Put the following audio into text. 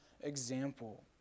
example